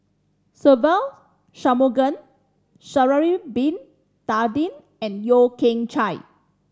Se Ve Shanmugam Sha'ari Bin Tadin and Yeo Kian Chye